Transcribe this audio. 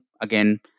again